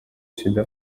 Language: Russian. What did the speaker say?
себя